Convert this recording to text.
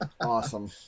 Awesome